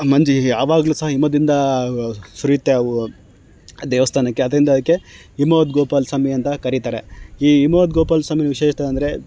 ಮಂಜು ಯಾವಾಗಲೂ ಸಹ ಹಿಮದಿಂದ ಸುರಿಯುತ್ತೆ ಅವು ಆ ದೇವಸ್ಥಾನಕ್ಕೆ ಅದರಿಂದ ಅದಕ್ಕೆ ಹಿಮವದ್ ಗೋಪಾಲ ಸ್ವಾಮಿ ಅಂತ ಕರಿತಾರೆ ಈ ಹಿಮವದ್ ಗೋಪಾಲ ಸ್ವಾಮಿ ವಿಶೇಷತೆ ಅಂದರೆ